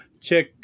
check